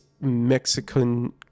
Mexican